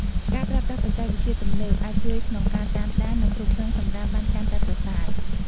ការប្រើប្រាស់បច្ចេកវិទ្យាទំនើប អាចជួយក្នុងការតាមដាន និងគ្រប់គ្រងសំរាមបានកាន់តែប្រសើរ។